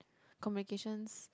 communications